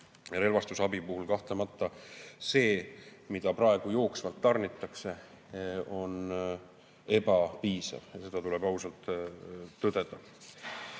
Relvastusabi puhul kahtlemata see, mida praegu jooksvalt tarnitakse, on ebapiisav. Seda tuleb ausalt tõdeda.